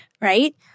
right